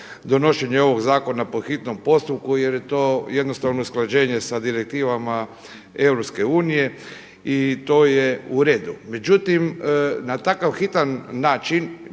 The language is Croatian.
donošenje ovog zakona po hitnom postupku jer je to jednostavno usklađenje sa direktivama EU i to je uredu. Međutim, na takav hitan način